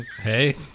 Hey